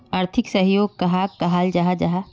आर्थिक सहयोग कहाक कहाल जाहा जाहा?